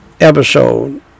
episode